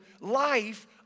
life